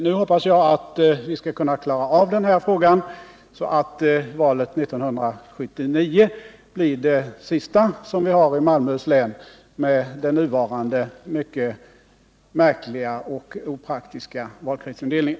Nu hoppas jag att vi skall kunna klara av denna fråga, så att valet 1979 blir det sista som vi har i Malmöhus län med den nuvarande mycket märkliga och opraktiska valkretsindelningen.